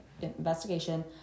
investigation